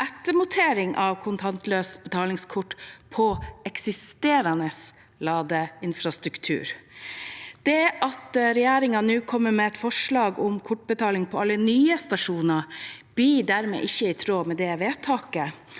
ettermontering av kontaktløs kortbetaling på eksisterende ladeinfrastruktur. Det at regjeringen nå kommer med et forslag om kortbetaling på alle nye stasjoner, blir dermed ikke i tråd med det vedtaket,